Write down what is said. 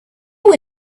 were